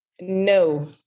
No